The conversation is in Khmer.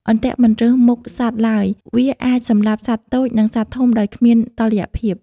អន្ទាក់មិនរើសមុខសត្វឡើយ វាអាចសម្លាប់សត្វតូច និងសត្វធំដោយគ្មានតុល្យភាព។